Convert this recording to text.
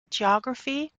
geography